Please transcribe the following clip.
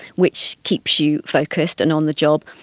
which keeps you focused and on the job,